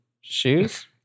shoes